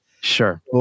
Sure